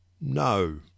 no